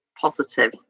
positive